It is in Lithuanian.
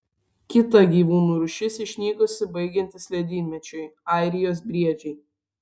kita gyvūnų rūšis išnykusi baigiantis ledynmečiui airijos briedžiai